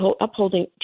upholding